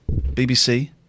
BBC